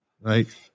right